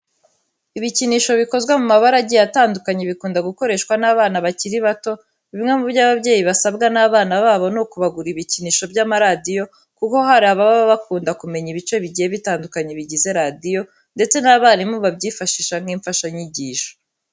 Ibikinisho bikozwe mu mabara agiye atandukanye bikunda gukoreshwa n'abana bakiri bato. Bimwe mu byo ababyeyi basabwa n'abana babo ni ukubagurira ibikinisho by'amaradiyo kuko hari ababa bakunda kumenya ibice bigiye bitandukanye bigize radiyo ndetse n'abarimu babyifashisha nk'imfashanyigisho.